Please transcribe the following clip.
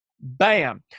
Bam